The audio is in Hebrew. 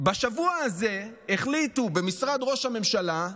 בשבוע הזה החליטו במשרד ראש הממשלה,